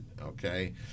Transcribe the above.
Okay